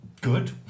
Good